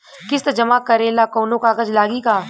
किस्त जमा करे ला कौनो कागज लागी का?